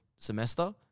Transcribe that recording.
semester